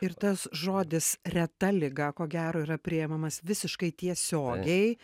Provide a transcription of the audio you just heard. ir tas žodis reta liga ko gero yra priimamas visiškai tiesiogiai